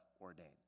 ordained